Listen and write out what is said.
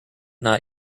not